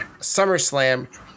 SummerSlam